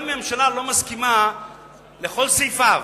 גם אם הממשלה לא מסכימה לכל סעיפיו,